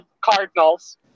Cardinals